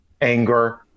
anger